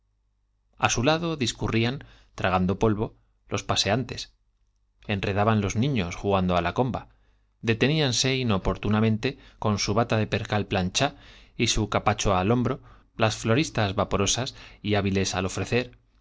a su lado discurr ían tragando polvo los paseantes enredaban los nifics jugando á ia comba dcteníanse á inoportunamente con su bata ele percal planch y su hábiles capacho al hombro las floristas vaporosas y recelosa que enhebrándose al ofrecer